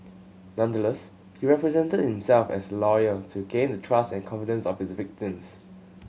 nonetheless he represented himself as a lawyer to gain the trust and confidence of his victims